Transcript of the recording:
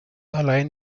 allein